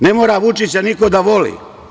Ne mora Vučića niko da voli.